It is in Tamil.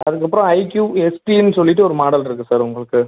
அதுக்கப்புறம் ஐக்யூப்எஸ்பினு சொல்லிட்டு ஒரு மாடல் இருக்குது சார் உங்களுக்கு